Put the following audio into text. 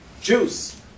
juice